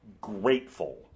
grateful